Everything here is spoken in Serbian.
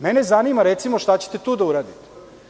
Mene zanima, recimo, šta ćete tu da uradite?